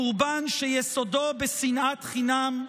חורבן שיסודו בשנאת חינם,